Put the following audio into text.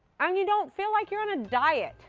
and you don't feel like you're on a diet.